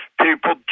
people